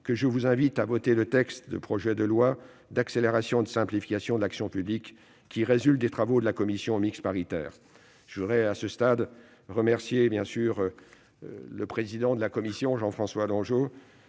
que je vous invite à voter le texte du projet de loi d'accélération et de simplification de l'action publique (ASAP), qui résulte des travaux de la commission mixte paritaire. À ce stade, je remercie le président de la commission spéciale, Jean-François Longeot,